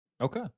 Okay